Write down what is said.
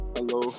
Hello